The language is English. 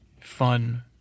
fun